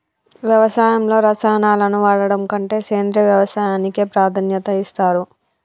వ్యవసాయంలో రసాయనాలను వాడడం కంటే సేంద్రియ వ్యవసాయానికే ప్రాధాన్యత ఇస్తరు